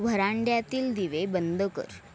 व्हरांड्यातील दिवे बंद कर